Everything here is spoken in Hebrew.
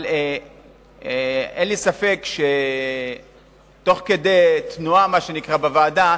אבל אין לי ספק שתוך כדי תנועה בוועדה,